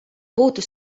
būtu